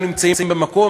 הם נמצאים במקום,